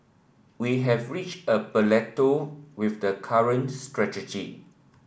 we have reached a plateau with the current strategy